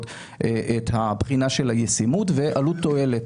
את הבחינה של הישימות ועלות/תועלת.